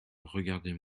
regardez